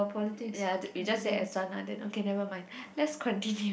ya we just said S_R-Nathan okay nevermind let's continue